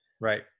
Right